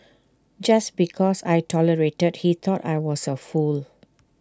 just because I tolerated he thought I was A fool